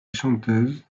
chanteuse